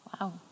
Wow